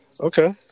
okay